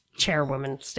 chairwoman